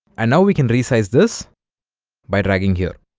and now we can resize this by dragging here